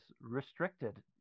restricted